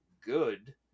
good